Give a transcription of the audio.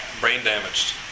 brain-damaged